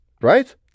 Right